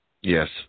Yes